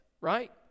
right